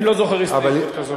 אני לא זוכר הסתייגות כזאת.